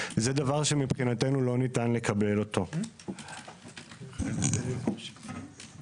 באמת הפשרה היתה שהמשרד יפרסם קול קורא שיסייע ליצרנים.